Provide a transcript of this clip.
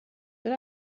but